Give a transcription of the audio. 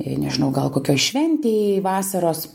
e nežinau gal kokioj šventėj vasaros